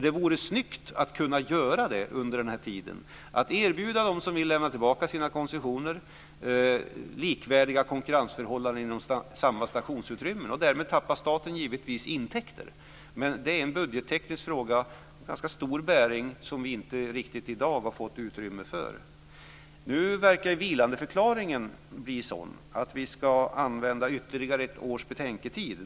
Det vore snyggt att under den här tiden kunna erbjuda dem som vill lämna tillbaka sina koncessioner likvärdiga konkurrensförhållanden inom samma stationsutrymme. Därmed tappar staten givetvis intäkter, men det är en budgetteknisk fråga med ganska stor påföljd, som vi i dag inte riktigt har fått utrymme för. Nu verkar vilandeförklaringen bli sådan att vi ska använda ytterligare ett års betänketid.